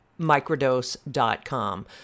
microdose.com